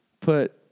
put